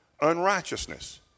unrighteousness